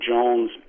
Jones